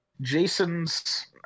Jason's